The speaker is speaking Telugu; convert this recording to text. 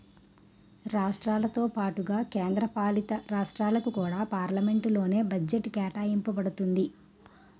రాష్ట్రాలతో పాటుగా కేంద్ర పాలితరాష్ట్రాలకు కూడా పార్లమెంట్ లోనే బడ్జెట్ కేటాయింప బడుతుంది